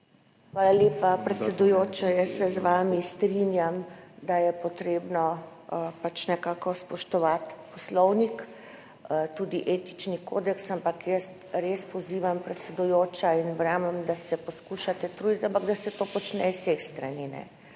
Hvala lepa, predsedujoča. Jaz se z vami strinjam, da je potrebno pač nekako spoštovati Poslovnik, tudi etični kodeks, ampak jaz res pozivam, predsedujoča, in verjamem, da se poskušate truditi, ampak da se to počne z vseh strani.